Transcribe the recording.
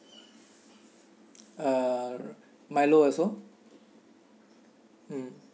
uh milo as well mm